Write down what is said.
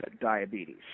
diabetes